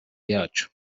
yacu